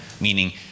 meaning